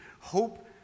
hope